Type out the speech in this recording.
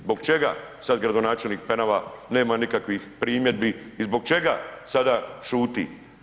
Zbog čega sad gradonačelnik Penava nema nikakvih primjedbi i zbog čega sad šuti?